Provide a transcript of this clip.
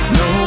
no